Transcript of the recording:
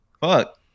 Fuck